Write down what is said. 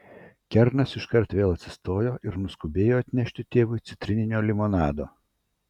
kernas iškart vėl atsistojo ir nuskubėjo atnešti tėvui citrininio limonado